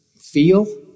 feel